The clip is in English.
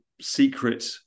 secret